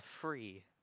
Free